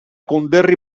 konderri